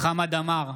חמד עמאר,